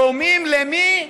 דומים למי?